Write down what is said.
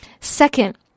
Second